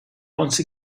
once